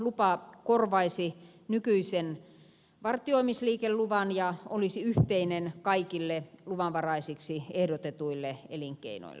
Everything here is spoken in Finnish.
lupa korvaisi nykyisen vartioimisliikeluvan ja olisi yhteinen kaikille luvanvaraisiksi ehdotetuille elinkeinoille